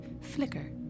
flicker